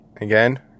again